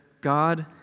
God